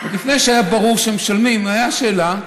עוד לפני שהיה ברור שמשלמים הייתה שאלה.